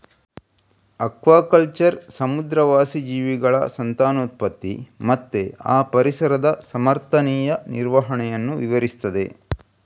aquaculture ಸಮುದ್ರವಾಸಿ ಜೀವಿಗಳ ಸಂತಾನೋತ್ಪತ್ತಿ ಮತ್ತೆ ಆ ಪರಿಸರದ ಸಮರ್ಥನೀಯ ನಿರ್ವಹಣೆಯನ್ನ ವಿವರಿಸ್ತದೆ